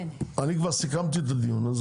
אני כבר סיכמתי את הדיון.